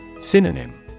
Synonym